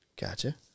Gotcha